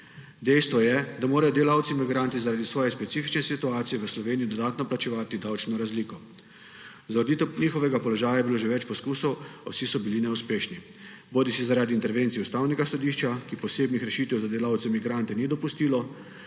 Dejstvo je, da morajo delavci migranti zaradi svoje specifične situacije v Sloveniji dodatno plačevati davčno razliko. Za ureditev njihovega položaja je bilo že več poskusov, a vsi so bili neuspešni bodisi zaradi intervencij Ustavnega sodišča, ki posebnih rešitev za delavce migrante ni dopustilo,